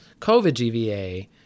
COVID-GVA